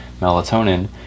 melatonin